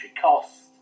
cost